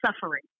suffering